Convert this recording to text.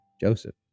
Joseph